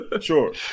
Sure